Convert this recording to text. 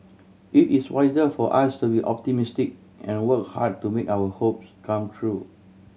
it is wiser for us to be optimistic and work hard to make our hopes come true